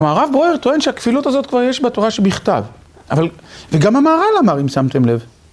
הרב ברויר טוען שהכפילות הזאת כבר יש בתורה שבכתב. אבל... וגם המהר"ל אמר, אם שמתם לב.